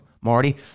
Marty